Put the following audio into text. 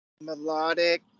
melodic